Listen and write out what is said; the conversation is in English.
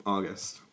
August